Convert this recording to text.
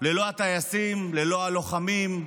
ללא הטייסים, ללא הלוחמים,